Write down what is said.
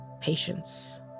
patience